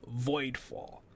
voidfall